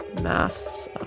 Maths